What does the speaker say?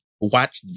Watch